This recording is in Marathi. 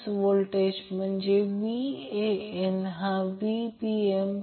तर हे उदाहरणार्थ म्हणून समजा हे एक मॅग्नेट आहे